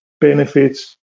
benefits